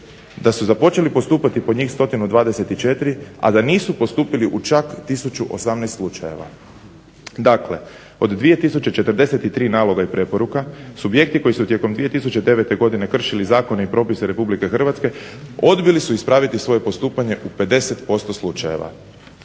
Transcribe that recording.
da su započeli postupati po njih 124, a da nisu postupili u čak 1018 slučajeva. Dakle, od 2043 naloga i preporuka subjekti koji su tijekom 2009. godine kršili zakone i propise RH odbili su ispraviti svoje postupanje u 50% slučajeva.